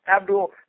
Abdul